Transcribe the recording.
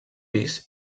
pis